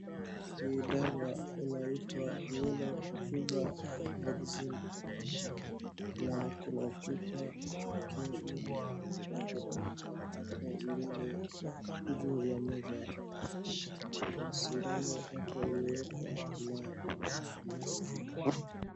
Hii dawa inaitwa Yellow Fever Vaccine na kuna chupa yake wingi imewekwa hapo mbele juu ya meza. Na kuna sindano hapo imewekwa na maski .